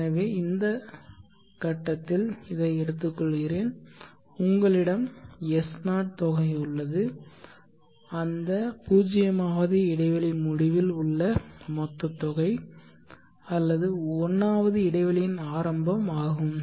எனவே இந்த கட்டத்தில் இதை எடுத்துக்கொள்கிறேன் உங்களிடம் S0 தொகை உள்ளது அந்த 0 வது இடைவெளி முடிவில் உள்ள மொத்த தொகை அல்லது 1 வது இடைவெளியின் ஆரம்பம் ஆகும்